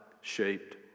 shaped